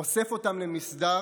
אוסף אותם למסדר